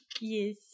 Yes